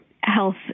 health